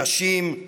נשים,